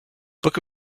book